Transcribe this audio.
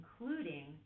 including